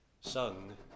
sung